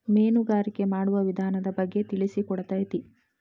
ಮೇನುಗಾರಿಕೆ ಮಾಡುವ ವಿಧಾನದ ಬಗ್ಗೆ ತಿಳಿಸಿಕೊಡತತಿ